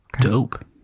Dope